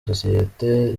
sosiyete